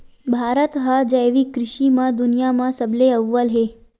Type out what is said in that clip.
भारत हा जैविक कृषि मा दुनिया मा सबले अव्वल हवे